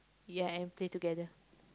yeah and play together